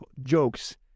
jokes